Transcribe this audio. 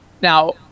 Now